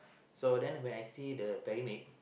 so then when I see the pyramid